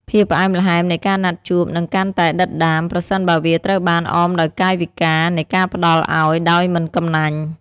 ភាពផ្អែមល្ហែមនៃការណាត់ជួបនឹងកាន់តែដិតដាម ប្រសិនបើវាត្រូវបានអមដោយកាយវិការនៃការផ្ដល់ឱ្យដោយមិនកំណាញ់។